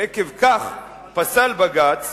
ועקב כך פסל בג"ץ